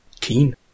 Keen